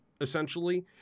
Essentially